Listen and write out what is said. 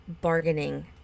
bargaining